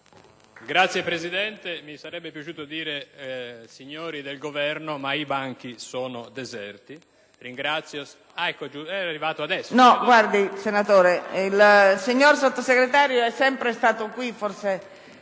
Signora Presidente, mi sarebbe piaciuto dire anche signori del Governo, ma i banchi sono deserti.